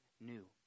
new